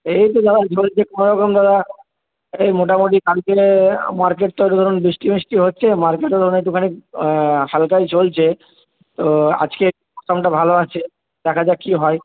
এই তো দাদা চলছে কোনোরকম দাদা এই মোটামুটি কালকে মার্কেট তো ধরুন বিষ্টি ফিষ্টি হচ্ছে মার্কেটও ধরুন একটুখানি হালকাই চলছে তো আজকে ভালো আছে দেখা যাক কী হয়